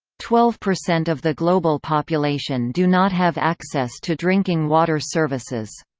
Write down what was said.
twelve percent of the global population do not have access to drinking water services.